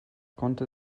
konnte